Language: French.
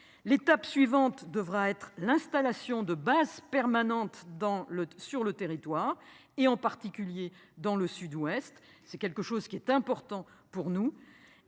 L'étape suivante devra être l'installation de bases permanentes dans le, sur le territoire et en particulier dans le Sud-Ouest, c'est quelque chose qui est important pour nous